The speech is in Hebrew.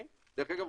דרך אגב,